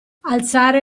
alzare